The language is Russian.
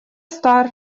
стар